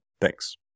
Thanks